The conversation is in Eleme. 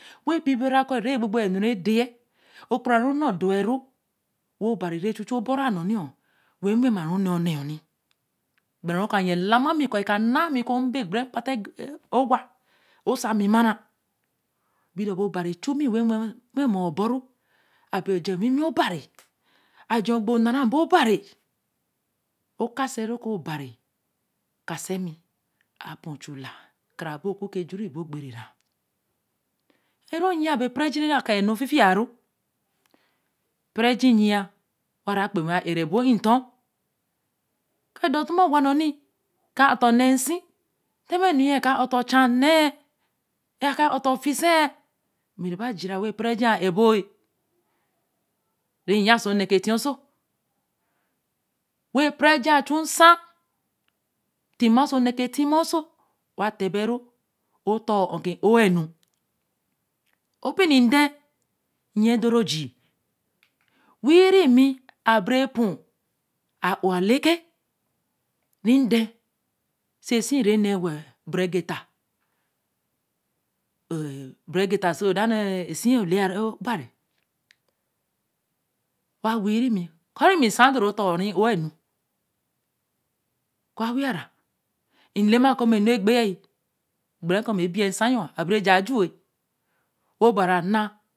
weēbibira ko re gbobo enu re daē okpranu nno doiru obari re chu chu obōo ra n̄noni oō we mema echu nno ne oni bere aye lamami ko eka naā mi ko nde bere kpala owa osa ami marāa birebo bari chu mmi wewe we moboru abejenwiwi obari aje obo nnara bo bari okase nru obari kasemi kāa pūu nchu lāa kara bo popee jui oberēe rāa. re onn yōa ekporeji kai enu fifia nūu kpereji nya akpenwe āarebo nto kaa doto mogwa nnoni ka ko ne nsi demēe enu ye ka ota cha nne, re ata oto fisēe ami re bai jira ekporeji āa abōo ami nya nsi onēe ke ti oso we ekporeji achūu nsāa timaā nnone kai timmoso atebe ru oto oge ōenu obininde nye doro ojii nwiye rimi āapu āo aleke nde siesi ne we re bere getāa, bere getāa soi si olayaru obari wa wiri mmi ko mmi nsa do oto ri ōei mmi ko awia ra lemāa ko enu egbee bere ko ami biye nsa nno abere j̄aā jūu obari aāna.